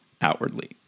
outwardly